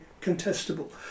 contestable